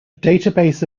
database